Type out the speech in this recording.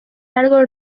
largo